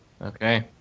Okay